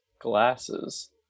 glasses